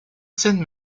scène